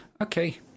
okay